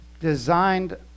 designed